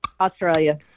australia